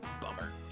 Bummer